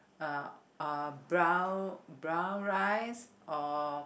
uh uh brown brown rice or